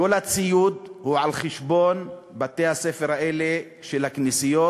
כל הציוד הם על חשבון בתי-הספר האלה של הכנסיות,